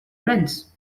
runs